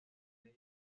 ley